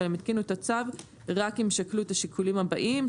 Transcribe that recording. הם יתקינו את הצו רק אם שקלו את השיקולים הבאים,